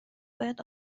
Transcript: باید